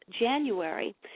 January